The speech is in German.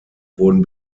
wurden